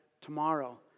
tomorrow